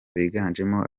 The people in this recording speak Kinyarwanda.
biganjemo